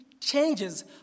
changes